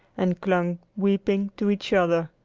and clung, weeping, to each other.